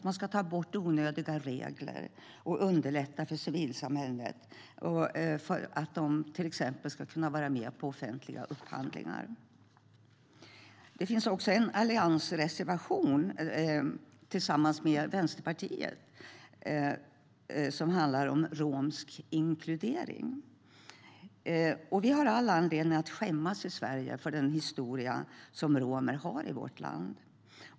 Man ska ta bort onödiga regler och underlätta för civilsamhället att till exempel kunna vara med på offentliga upphandlingar. Alliansen har också en reservation tillsammans med Vänsterpartiet om romsk inkludering. Vi har all anledning att skämmas i Sverige för den historia som romer har i vårt land.